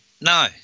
no